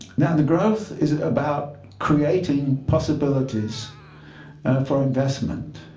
that the growth is about creating possibilities for investment.